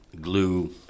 glue